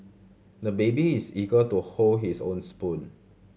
the baby is eager to hold his own spoon